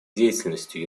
деятельностью